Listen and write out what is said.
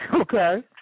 okay